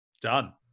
done